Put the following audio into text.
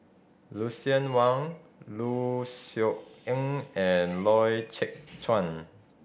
Lucien Wang Low Siew Nghee and Loy Chye Chuan